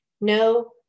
no